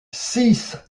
six